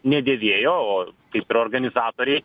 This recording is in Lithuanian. nedėvėjo o kaip ir organizatoriai